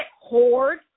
hoard